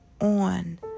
on